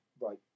right